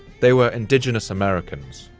they were indigenous americans,